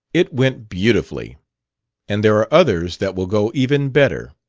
it went beautifully and there are others that will go even better.